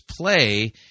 play